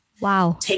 Wow